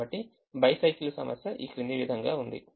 కాబట్టి బైసైకిల్ సమస్య ఈ క్రింది విధంగా ఉంది